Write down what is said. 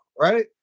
right